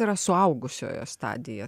yra suaugusiojo stadija